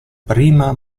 prima